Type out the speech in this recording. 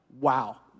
wow